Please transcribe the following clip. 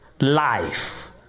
life